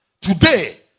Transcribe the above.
Today